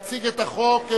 תציג את החוק,